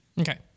Okay